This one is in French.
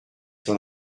sur